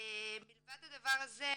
מלבד הדבר הזה,